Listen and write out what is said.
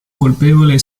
colpevole